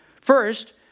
First